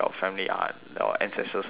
your ancestors aren't very bright